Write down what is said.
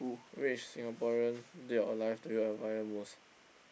which Singaporean did your life do you admire most